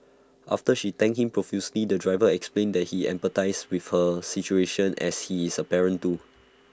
after she thanked him profusely the driver explained that he empathised with her situation as he is A parent too